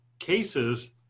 cases